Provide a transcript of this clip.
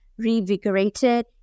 revigorated